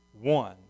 one